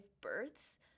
births